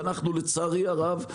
ולצערי הרב,